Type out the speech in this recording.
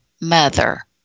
mother